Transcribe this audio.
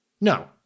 No